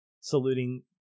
saluting